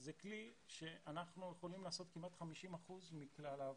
זה כלי שאנחנו יכולים לעשות כמעט 50% מכלל העבודה,